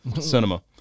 cinema